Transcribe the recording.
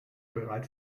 bereit